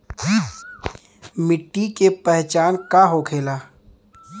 मिट्टी के पहचान का होखे ला?